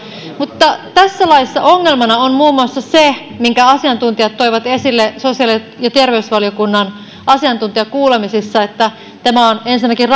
mutta tässä laissa ongelmana on muun muassa se minkä asiantuntijat toivat esille sosiaali ja terveysvaliokunnan asiantuntijakuulemisissa että tämä on ensinnäkin